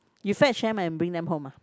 you fetch them and bring them home ah